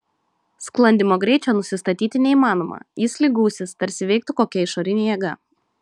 sklandymo greičio nusistatyti neįmanoma jis lyg gūsis tarsi veiktų kokia išorinė jėga